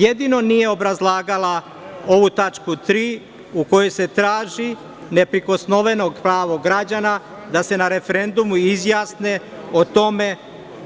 Jedino nije obrazlagala ovu tačku 3. u kojoj se traži neprikosnoveno pravo građana da se na referendumu izjasne o tome